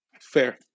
Fair